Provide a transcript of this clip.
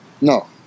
no